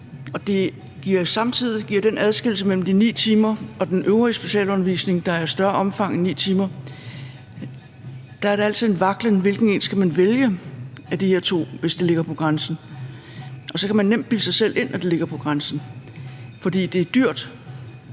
Samtidig giver den adskillelse mellem de 9 timer og den øvrige specialundervisning, der er af større omfang end 9 timer, en vaklen mellem, hvilken af de her to muligheder man skal vælge, hvis det ligger på grænsen; og så kan man nemt bilde sig selv ind, at det ligger på grænsen, fordi det er dyrt.